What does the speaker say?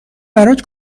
برات